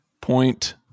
point